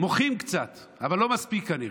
מוחים קצת, אבל לא מספיק, כנראה.